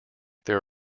there